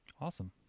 Awesome